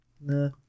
no